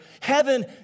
heaven